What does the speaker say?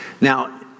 Now